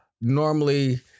Normally